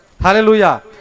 Hallelujah